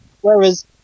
Whereas